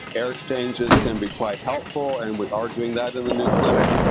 air exchangers can be quite helpful and we are doing that in the new clinic.